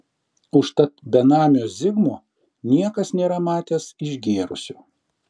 užtat benamio zigmo niekas nėra matęs išgėrusio